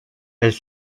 elle